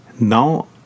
Now